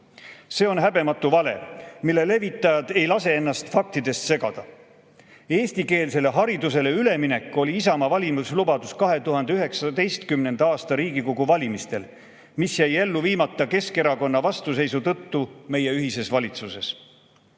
See on häbematu vale, mille levitajad ei lase ennast faktidest segada. Eestikeelsele haridusele üleminek oli Isamaa valimislubadus 2019. aasta Riigikogu valimistel. See jäi ellu viimata Keskerakonna vastuseisu tõttu meie ühises valitsuses.